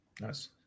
Nice